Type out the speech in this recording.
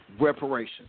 reparations